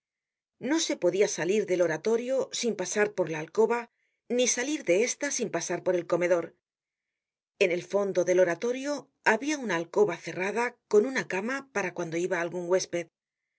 no se podia salir del oratorio sin pasar por la alcoba ni salir de esta sin pasar por el comedor en el fondo del oratorio habia una alcoba cerrada con una cama para cuando iba algun huésped el